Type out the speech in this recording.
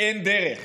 אין דרך.